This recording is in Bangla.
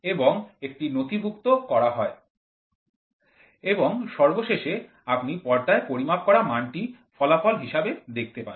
এবং এটি নথিভুক্ত করা হয় এবং সর্বশেষে আপনি পর্দায় পরিমাপ করা মানটি ফলাফল হিসেবে দেখতে পান